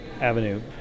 avenue